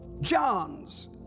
John's